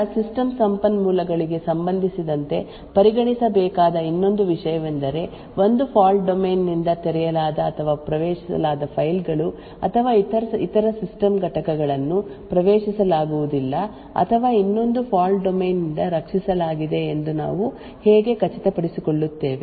ಆದ್ದರಿಂದ ಸಿಸ್ಟಮ್ ಸಂಪನ್ಮೂಲಗಳಿಗೆ ಸಂಬಂಧಿಸಿದಂತೆ ಪರಿಗಣಿಸಬೇಕಾದ ಇನ್ನೊಂದು ವಿಷಯವೆಂದರೆ ಒಂದು ಫಾಲ್ಟ್ ಡೊಮೇನ್ನಿಂದ ತೆರೆಯಲಾದ ಅಥವಾ ಪ್ರವೇಶಿಸಲಾದ ಫೈಲ್ಗಳು ಅಥವಾ ಇತರ ಸಿಸ್ಟಮ್ ಘಟಕಗಳನ್ನು ಪ್ರವೇಶಿಸಲಾಗುವುದಿಲ್ಲ ಅಥವಾ ಇನ್ನೊಂದು ಫಾಲ್ಟ್ ಡೊಮೇನ್ ನಿಂದ ರಕ್ಷಿಸಲಾಗಿದೆ ಎಂದು ನಾವು ಹೇಗೆ ಖಚಿತಪಡಿಸಿಕೊಳ್ಳುತ್ತೇವೆ